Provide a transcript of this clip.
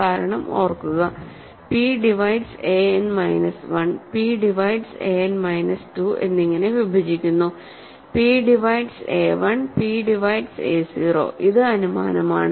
കാരണം ഓർക്കുക p divides an minus 1 P divides an minus 2 എന്നിങ്ങനെ വിഭജിക്കുന്നു p divides a 1 p divides a 0 ഇത് അനുമാനമാണ്